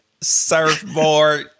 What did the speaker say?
surfboard